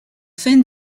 fin